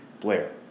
Blair